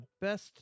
best